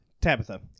Tabitha